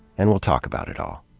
and we'll talk about it all.